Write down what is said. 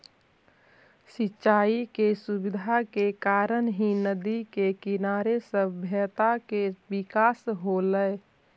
सिंचाई के सुविधा के कारण ही नदि के किनारे सभ्यता के विकास होलइ